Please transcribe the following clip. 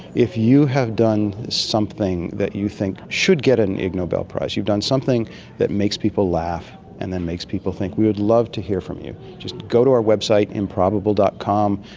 if you have done something that you think should get an ig nobel prize, you've done something that makes people laugh and then makes people think, we would love to hear from you. just go to our website, improbable. com,